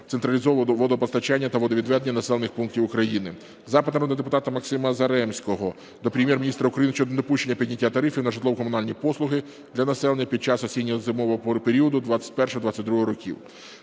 централізованого водопостачання та водовідведення населених пунктів України. Запит народного депутата Максима Заремського до Прем'єр-міністра України щодо недопущення підняття тарифів на житлово-комунальні послуги для населення під час осінньо-зимового періоду 2021-2022 років.